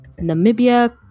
Namibia